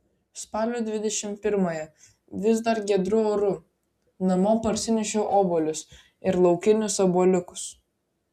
spalio dvidešimt pirmąją vis dar giedru oru namo parsinešiau obuolius ir laukinius obuoliukus